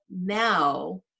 now